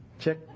check